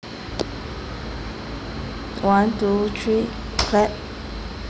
one two three clap